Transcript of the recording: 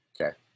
Okay